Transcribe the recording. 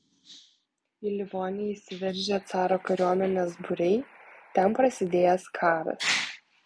į livoniją įsiveržę caro kariuomenės būriai ten prasidėjęs karas